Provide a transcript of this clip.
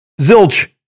zilch